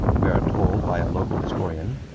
we are told by a local historian,